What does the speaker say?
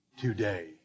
today